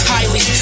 Highly